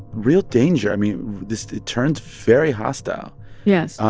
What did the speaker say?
real danger. i mean, this it turns very hostile yes,